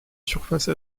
surface